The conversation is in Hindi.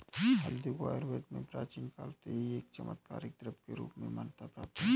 हल्दी को आयुर्वेद में प्राचीन काल से ही एक चमत्कारिक द्रव्य के रूप में मान्यता प्राप्त है